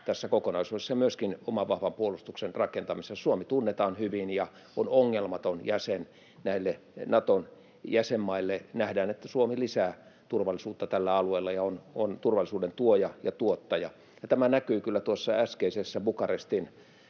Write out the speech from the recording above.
tässä kokonaisuudessa ja myöskin oman vahvan puolustuksen rakentamisessa. Suomi tunnetaan hyvin ja on ongelmaton jäsen näille Naton jäsenmaille — nähdään, että Suomi lisää turvallisuutta tällä alueella ja on turvallisuuden tuoja ja tuottaja. Ja tämä näkyi kyllä tuossa äskeisessä Bukarestin